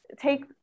take